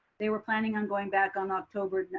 they were planning on going back on october